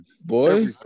Boy